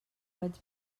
vaig